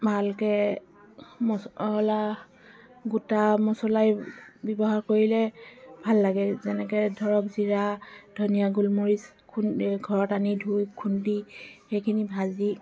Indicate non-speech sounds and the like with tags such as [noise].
ভালকৈ মছলা গোটা মছলা ব্যৱহাৰ কৰিলে ভাল লাগে যেনেকৈ ধৰক জিৰা ধনীয়া [unintelligible] ঘৰত আনি ধুই খুন্দি সেইখিনি ভাজি